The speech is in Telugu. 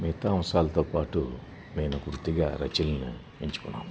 మిగతా అంశాలతో పాటు నేను గుర్తుగా రచనలను ఎంచుకున్నాను